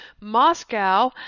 Moscow